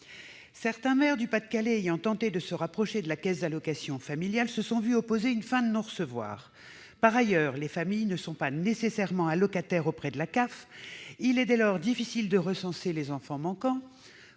Certains maires du Pas-de-Calais, ayant tenté de se rapprocher de la caisse d'allocations familiales, la CAF, se sont vu opposer une fin de non-recevoir. Par ailleurs, les familles ne sont pas nécessairement allocataires auprès d'elle ; il est dès lors difficile de recenser les « enfants manquants